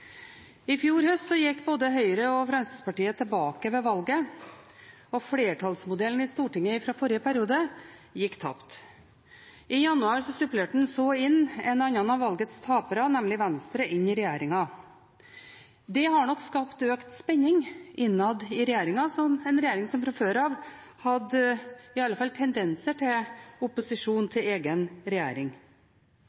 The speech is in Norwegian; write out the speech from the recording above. I fjor høst gikk både Høyre og Fremskrittspartiet tilbake ved valget, og flertallsmodellen i Stortinget fra forrige periode gikk tapt. I januar supplerte man så regjeringen med en annen av valgets tapere, nemlig Venstre. Det har nok skapt økt spenning innad i regjeringen, en regjering som fra før iallfall hadde tendenser til opposisjon